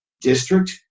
district